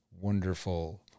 Wonderful